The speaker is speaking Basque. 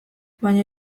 baina